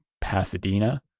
pasadena